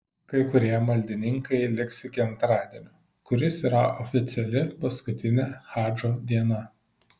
kai kurie maldininkai liks iki antradienio kuris yra oficiali paskutinė hadžo diena